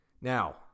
Now